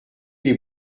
les